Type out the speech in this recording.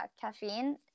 Caffeine